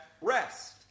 rest